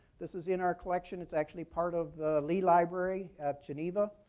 this is in our collection. it's actually part of the lee library of geneva,